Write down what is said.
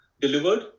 delivered